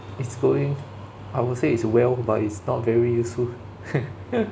it's going I would say it's well but it's not very useful